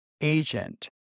agent